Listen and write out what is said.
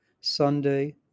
Sunday